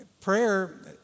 Prayer